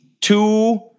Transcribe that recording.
two